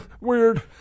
weird